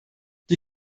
die